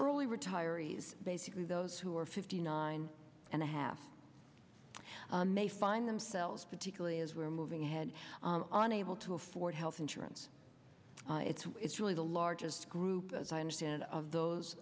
early retirees basically those who are fifty nine and a half may find themselves particularly as we are moving ahead on able to afford health insurance it's really the largest group as i understand of those